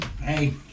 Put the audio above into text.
Hey